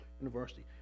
University